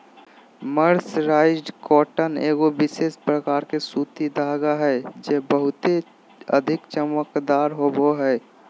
mercerised cotton एगो विशेष प्रकार के सूती धागा हय जे बहुते अधिक चमकदार होवो हय